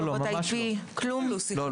כתובת IP. לא.